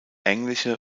englische